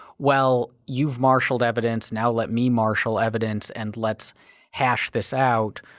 well, you've marshalled evidence, now let me marshal evidence and let's hash this out.